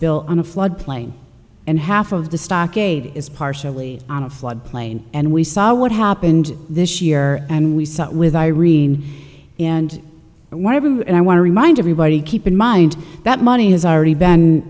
built on a flood plain and half of the stockade is partially on a flood plain and we saw what happened this year and we saw with irene and whatever and i want to remind everybody keep in mind that money has already been